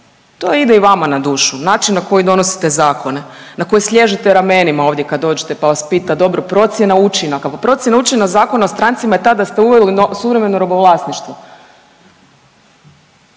to ide i vama na dušu način na koji donosite zakone, na koji sliježete ramenima ovdje kad dođete pa vas pita dobro procjena učinaka, pa procjena učinka Zakona o strancima tada ste uveli suvremeno robovlasništvo.